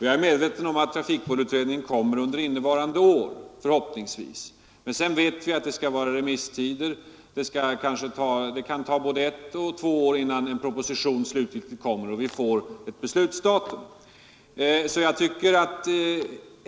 Jag är medveten om att trafikbullerutredningen under innevarande år kommer att framlägga resultatet av sitt arbete. Men sedan vet vi att det skall vara remisstider och att det kan ta både ett och två år innan en proposition slutligen läggs fram och vi får ett beslut.